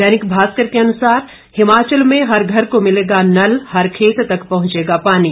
दैनिक भास्कर के अनुसार हिमाचल में हर घर को मिलेगा नल हर खेत तक पहुंचेगा पानी